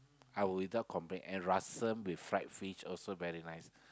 I will be without complain and rassam with fried fish also very nice